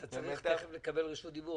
אתה צריך לקבל רשות דיבור.